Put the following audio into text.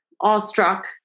awestruck